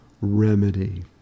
remedy